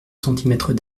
centimètres